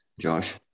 Josh